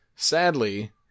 Sadly